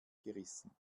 gerissen